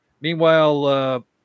Meanwhile